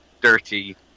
dirty